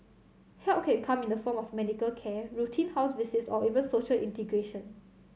help can come in the form of medical care routine house visits or even social integration